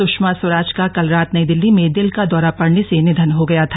सुषमा स्वराज का कल रात नई दिल्ली में दिल का दौरा पड़ने से निधन हो गया था